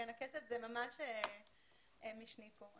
הכסף הוא ממש משני כאן.